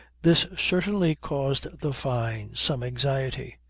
this certainly caused the fynes some anxiety.